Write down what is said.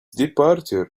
departure